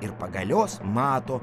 ir pagalios mato